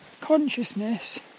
consciousness